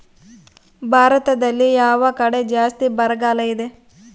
ಭಾರತದಲ್ಲಿ ಯಾವ ಕಡೆ ಜಾಸ್ತಿ ಬರಗಾಲ ಇದೆ?